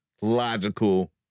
logical